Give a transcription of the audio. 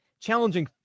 challenging